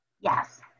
Yes